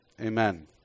Amen